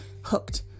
hooked